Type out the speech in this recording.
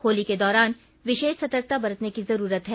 होली के दौरान विशेष सर्तकता बरतने की जरूरत है